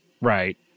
Right